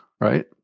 right